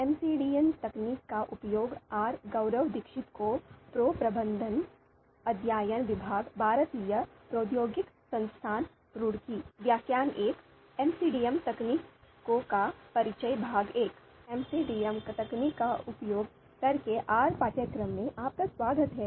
MCDM तकनीक का उपयोग करके आर पाठ्यक्रम में आपका स्वागत है